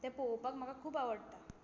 तें पळोवपाक म्हाका खूब आवडटा